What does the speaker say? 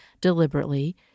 deliberately